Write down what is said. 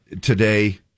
today